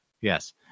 Yes